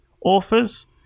authors